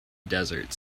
desert